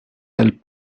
elles